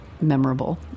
Memorable